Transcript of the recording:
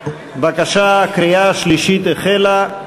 בבקשה, קריאה שלישית החלה,